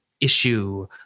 issue